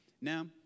Now